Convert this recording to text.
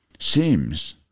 Seems